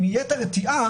אם תהיה את הרתיעה,